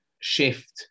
shift